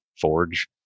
forge